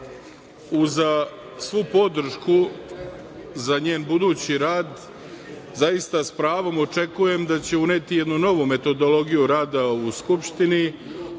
uz svu podršku za njen budući rad zaista sa pravom očekujem da će uneti jednu novu metodologiju rada u Skupštini,